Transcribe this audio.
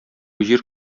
җир